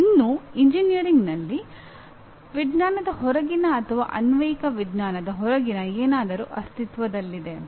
ಆದರೆ ಇನ್ನೂ ಎಂಜಿನಿಯರಿಂಗ್ನಲ್ಲಿ ವಿಜ್ಞಾನದ ಹೊರಗಿನ ಅಥವಾ ಅನ್ವಯಿಕ ವಿಜ್ಞಾನದ ಹೊರಗಿನ ಏನಾದರೂ ಅಸ್ತಿತ್ವದಲ್ಲಿದೆ